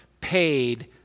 paid